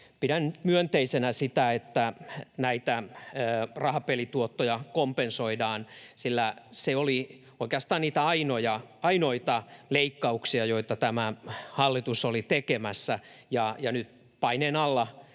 Pidän myönteisenä sitä, että rahapelituottoja kompensoidaan, sillä se oli oikeastaan niitä ainoita leikkauksia, joita tämä hallitus oli tekemässä. Nyt paineen alla